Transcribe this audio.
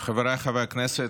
חבריי חברי הכנסת,